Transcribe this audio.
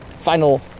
final